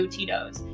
Tito's